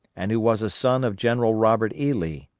and who was a son of general robert e. lee.